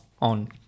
on